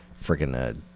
freaking